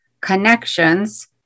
connections